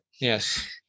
Yes